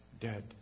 dead